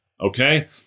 Okay